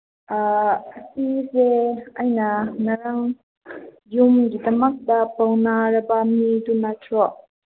ꯁꯤꯁꯦ ꯑꯩꯅ ꯉꯔꯥꯡ ꯌꯨꯝꯒꯤꯗꯃꯛꯇ ꯐꯥꯎꯅꯔꯕ ꯃꯤꯗꯨ ꯅꯠꯇ꯭ꯔꯣ